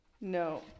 No